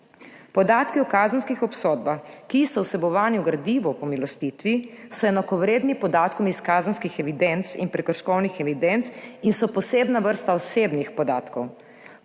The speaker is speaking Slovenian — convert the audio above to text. Podatki o kazenskih obsodbah, ki so vsebovani v gradivu o pomilostitvi, so enakovredni podatkom iz kazenskih evidenc in prekrškovnih evidenc in so posebna vrsta osebnih podatkov.